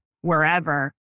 wherever